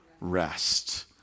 rest